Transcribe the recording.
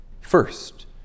First